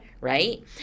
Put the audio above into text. right